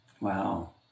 Wow